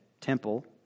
temple